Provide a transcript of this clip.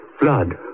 Blood